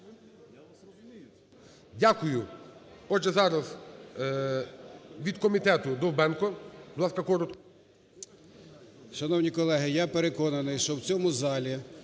Дякую. Отже, зараз від комітету -Довбенко. Будь ласка, коротко.